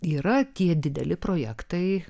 yra tie dideli projektai